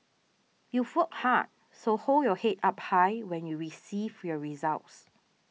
you've work hard so hold your head up high when you receive your results